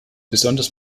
besonders